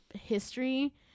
history